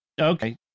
okay